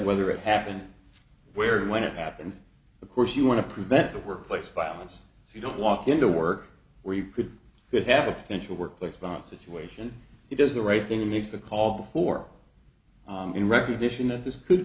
whether it happened where or when it happened of course you want to prevent a workplace violence if you don't walk into work where you could get half a potential workplace violence situation he does the right thing makes the call before in recognition of this could